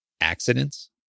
accidents